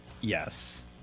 Yes